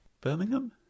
Birmingham